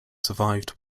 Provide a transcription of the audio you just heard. survived